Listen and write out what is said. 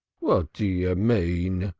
what do you mean?